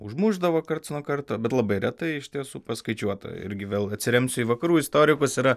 užmušdavo karts nuo karto bet labai retai iš tiesų paskaičiuota irgi vėl atsiremsiu į vakarų istorikus yra